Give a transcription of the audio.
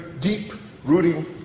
deep-rooting